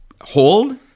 hold